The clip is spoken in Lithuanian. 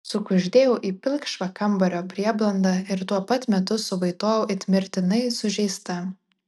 sukuždėjau į pilkšvą kambario prieblandą ir tuo pat metu suvaitojau it mirtinai sužeista